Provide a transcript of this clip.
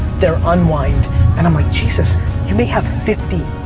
their unwind and i'm like jesus you may have fifty,